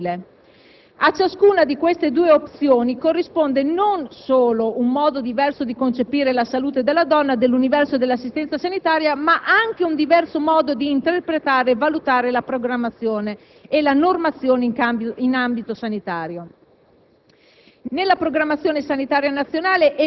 o è sufficiente ritagliare spazi settoriali mirati al sostegno delle esigenze sanitarie del mondo femminile? A ciascuna di queste due opzioni corrisponde non solo un modo diverso di concepire la salute della donna e dell'universo dell'assistenza sanitaria ma anche un diverso modo d'interpretare e valutare la programmazione